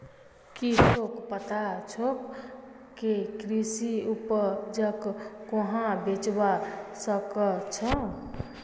की तोक पता छोक के कृषि उपजक कुहाँ बेचवा स ख छ